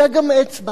אלא גם אצבע.